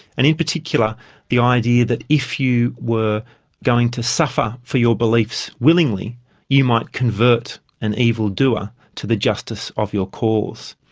and in particular the idea that if you were going to suffer for your beliefs willingly you might convert an evil doer to the justice of your cause.